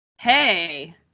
hey